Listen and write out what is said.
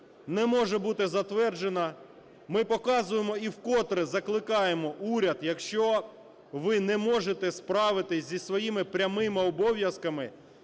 не може бути затверджена. Ми показуємо і вкотре закликаємо уряд, якщо ви не можете справитися зі своїми прямими обов'язками,